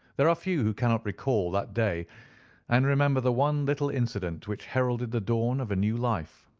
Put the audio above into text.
there are few who cannot recall that day and remember the one little incident which heralded the dawn of a new life.